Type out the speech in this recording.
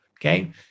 Okay